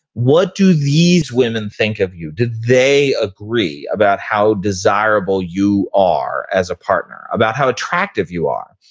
what do these women think of you? did they agree about how desirable you are as a partner? about how attractive you are.